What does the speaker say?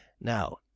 Now